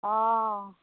অঁ